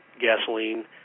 gasoline